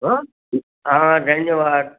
હો હા ધન્યવાદ